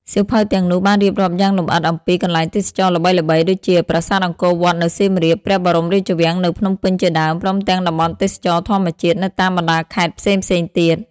សៀវភៅទាំងនោះបានរៀបរាប់យ៉ាងលម្អិតអំពី កន្លែងទេសចរណ៍ល្បីៗ ដូចជាប្រាសាទអង្គរវត្តនៅសៀមរាប ព្រះបរមរាជវាំងនៅភ្នំពេញជាដើម ព្រមទាំងតំបន់ទេសចរណ៍ធម្មជាតិនៅតាមបណ្ដាខេត្តផ្សេងៗទៀត។